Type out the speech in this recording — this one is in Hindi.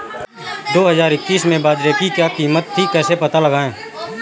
दो हज़ार इक्कीस में बाजरे की क्या कीमत थी कैसे पता लगाएँ?